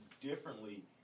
differently